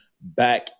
back